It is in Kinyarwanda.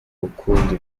ukundi